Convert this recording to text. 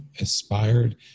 aspired